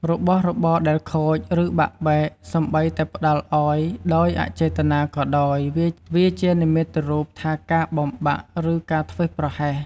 របស់របរដែលខូច ឬបាក់បែក សូម្បីតែផ្តល់ឱ្យដោយអចេតនាក៏ដោយ វាជានិមិត្តរូបថាការបំបាក់ ឬការធ្វេសប្រហែស។